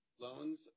loans